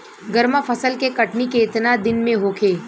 गर्मा फसल के कटनी केतना दिन में होखे?